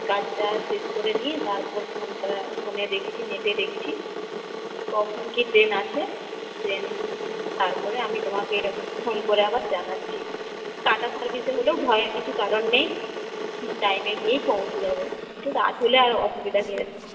কাজটা শেষ করে নিয়ে তারপর ফোনটা ফোনে দেখছি নেটে দেখছি কখন কী ট্রেন আছে দেন তারপরে আমি তোমাকে ফোন করে আবার জানাচ্ছি কাটা সার্ভিসে হলেও ভয়ের কিছু কারণ নেই ঠিক টাইমে গিয়েই পৌঁছে যাব একটু রাত হলে আর অসুবিধা কী আছে